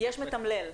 יש מתמלל.